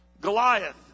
Goliath